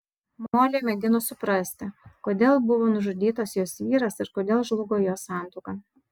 molė mėgino suprasti kodėl buvo nužudytas jos vyras ir kodėl žlugo jos santuoka